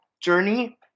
journey